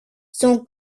son